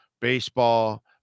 baseball